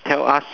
tell us